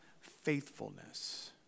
faithfulness